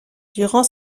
durant